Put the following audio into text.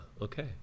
okay